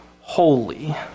holy